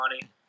money